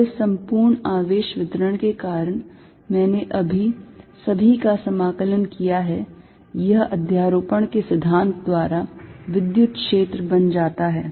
और इस संपूर्ण आवेश वितरण के कारण मैंने अभी सभी का समाकलन किया है यह अध्यारोपण के सिद्धांत द्वारा विद्युत क्षेत्र बन जाता है